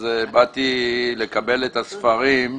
אז באתי לקבל את הספרים.